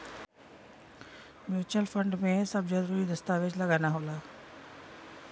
mutual fund में सब जरूरी दस्तावेज लगाना होला